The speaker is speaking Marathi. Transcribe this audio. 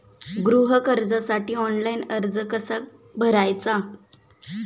गृह कर्जासाठी ऑनलाइन अर्ज कसा भरायचा?